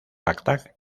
bagdad